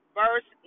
verse